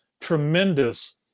tremendous